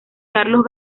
carlos